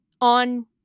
On